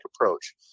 approach